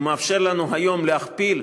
הוא מאפשר לנו היום להכפיל,